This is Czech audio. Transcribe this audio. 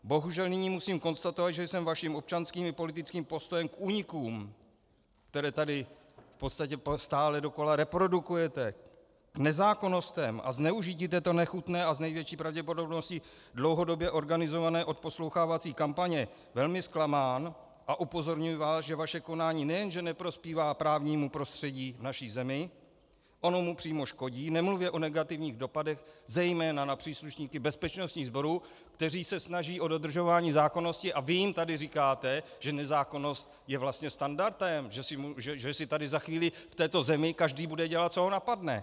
Bohužel nyní musím konstatovat, že jsem vaším občanským i politickým postojem k únikům, které tady v podstatě stále dokola reprodukujete, k nezákonnostem a zneužití této nechutné a s největší pravděpodobností dlouhodobě organizované odposlouchávací kampaně velmi zklamán, a upozorňuji vás, že vaše konání nejen že neprospívá právnímu prostředí v naší zemi, ono mu přímo škodí, nemluvě o negativních dopadech zejména na příslušníky bezpečnostních sborů, kteří se snaží o dodržování zákonnosti, a vy jim tady říkáte, že nezákonnost je vlastně standardem, že si tady za chvíli v této zemi bude každý dělat, co ho napadne.